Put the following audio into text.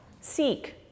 seek